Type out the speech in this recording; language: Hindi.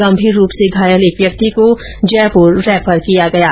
गंभीर रूप से घायल व्यक्ति को जयपुर रैफर किया गया है